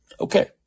Okay